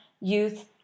youth